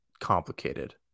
complicated